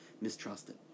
mistrusted